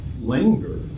linger